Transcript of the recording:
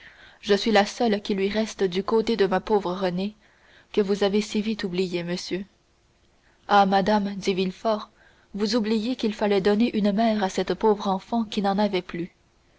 je suis la seule qui lui reste du côté de ma pauvre renée que vous avez si vite oubliée monsieur ah madame dit villefort vous oubliez qu'il fallait donner une mère à cette pauvre enfant qui n'en avait plus